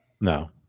No